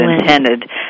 intended